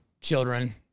children